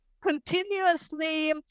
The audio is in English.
continuously